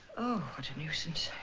what a nuisance.